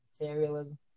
materialism